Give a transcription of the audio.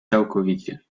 całkowicie